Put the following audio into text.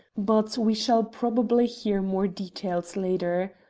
but we shall probably hear more details later.